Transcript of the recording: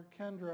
Kendra